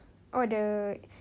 oh the